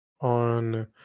on